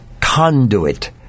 conduit